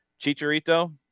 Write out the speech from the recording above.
chicharito